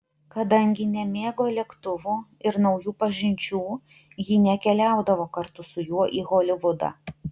kadangi nemėgo lėktuvų ir naujų pažinčių ji nekeliaudavo kartu su juo į holivudą